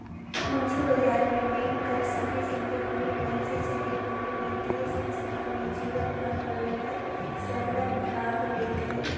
पूंजी बजार में बेंक कर संघे संघे कोनो मइनसे चहे कोनो बित्तीय संस्था, म्युचुअल फंड मन हर सरलग भाग लेथे